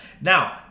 Now